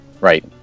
right